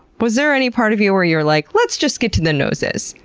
was there any part of you where you're like, let's just get to the noses?